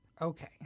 Okay